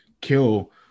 kill